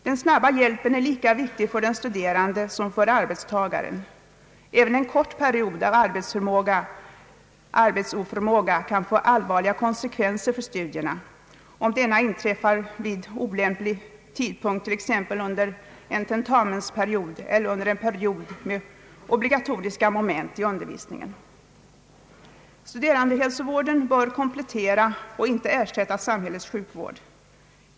Den snabba hjälpen är lika viktig för den studerande som för arbetstagaren. även en kort period av arbetsoförmåga kan få allvarliga konsekvenser för studierna om den inträffar vid olämplig tidpunkt, t.ex. under en tentamensperiod eller under en period med obligatoriska moment i undervisningen. Studerandehälsovården bör komplettera och inte ersätta samhällets sjukvård.